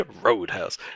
Roadhouse